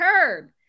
heard